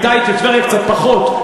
בטבריה קצת פחות,